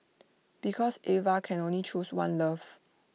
because Eva can only choose one love